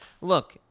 Look